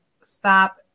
stop